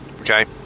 Okay